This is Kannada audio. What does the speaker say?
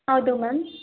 ಹೌದು ಮ್ಯಾಮ್